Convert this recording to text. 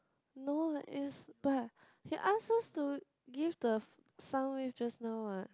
no is but he ask us to give the sound wave just now what